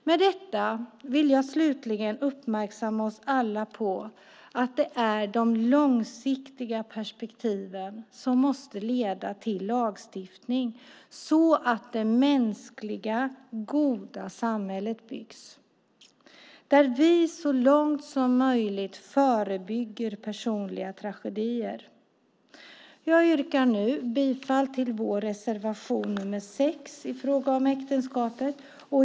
Med detta vill jag slutligen uppmärksamma oss alla på att det är de långsiktiga perspektiven som måste leda till lagstiftning, så att det mänskliga, goda samhället byggs, där vi så långt som möjligt förebygger personliga tragedier. Jag yrkar nu bifall till vår reservation nr 6 i fråga om äktenskapet.